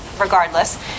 regardless